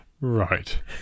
Right